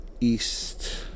East